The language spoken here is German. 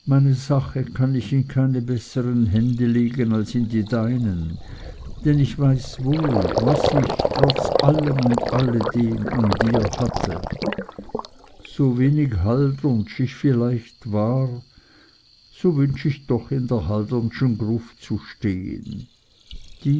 meine sache kann ich in keine besseren hände legen als in die deinen denn ich weiß wohl was ich trotz alledem und alledem an dir hatte so wenig haldernsch ich vielleicht war so wünsch ich doch in der haldernschen gruft zu stehen dies